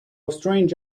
strange